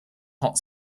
hot